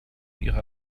ihre